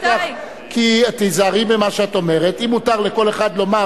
אם מותר לכל אחד לומר,